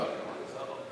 אני פה.